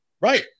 right